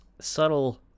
subtle